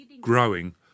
growing